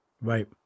Right